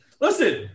Listen